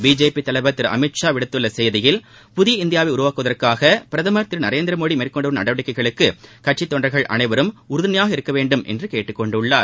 BJP தலைவர் திரு அமித் ஷா விடுத்துள்ள செய்தியில் புதிய இந்தியாவை உருவாக்குவதற்காக பிரதமர் திரு நரேந்திர மோடி மேற்கொண்டு வரும் நடவடிக்கைகளுக்கு கட்சித் தொண்டர்கள் அனைவரும் உறுதுணையாக இருக்க வேண்டும் என்று கேட்டுக் கொண்டார்